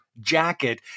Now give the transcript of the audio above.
jacket